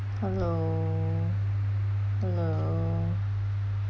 hello hello